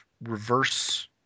reverse